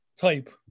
type